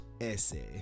essay